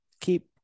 keep